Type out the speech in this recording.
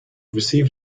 received